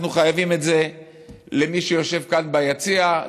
אנחנו חייבים את זה למי שיושב כאן ביציע,